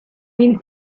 win